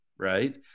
right